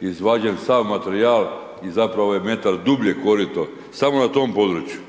izvađen sav materijal i zapravo je metar dublje korito, samo na tom području,